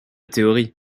théorie